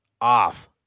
off